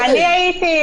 אני הייתי.